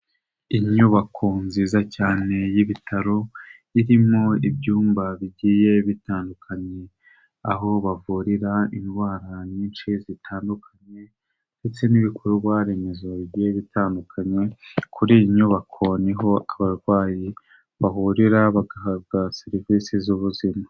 Inyubako nziza cyane y'ibitaro, irimo ibyumba bigiye bitandukanye, aho bavurira indwara nyinshi zitandukanye ndetse n'ibikorwa remezo bigiye bitandukanye, kuri iyi nyubako niho abarwayi bahurira bagahabwa serivisi z'ubuzima.